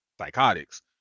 psychotics